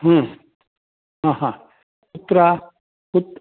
हा हा कुत्र कुत्